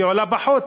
והיא עולה פחות,